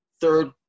third